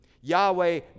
Yahweh